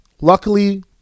Luckily